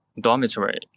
dormitory